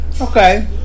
Okay